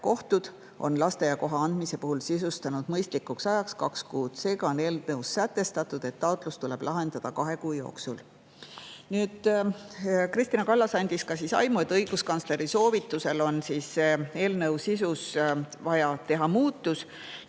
Kohtud on lasteaiakoha andmise puhul sisustanud mõistlikuks ajaks kaks kuud. Seega on eelnõus sätestatud, et taotlus tuleb lahendada kahe kuu jooksul. Kristina Kallas andis aimu, et õiguskantsleri soovitusel on eelnõu sisus vaja teha muudatus,